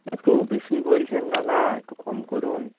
একটু বেশিই বলছেন দাদা একটু কম করুন